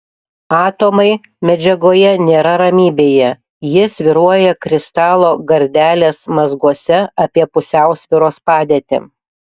atomai medžiagoje nėra ramybėje jie svyruoja kristalo gardelės mazguose apie pusiausvyros padėtį